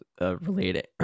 related